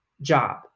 job